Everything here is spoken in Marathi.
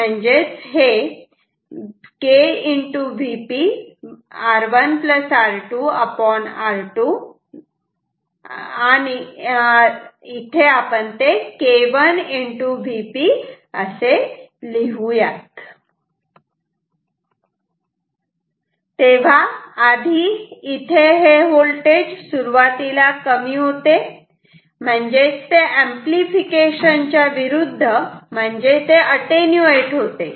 Vo k Vp R1R2R2 K1 Vp तेव्हा आधी हे व्होल्टेज सुरुवातीला कमी होते म्हणजेच ते अंपलिफिकेशन च्या विरुद्ध म्हणजे अटेन्यूएट होते